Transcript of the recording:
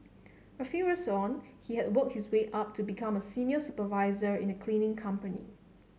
a few years on he has worked his way up to become a senior supervisor in a cleaning company